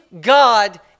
God